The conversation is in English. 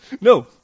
No